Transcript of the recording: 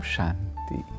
Shanti